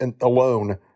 alone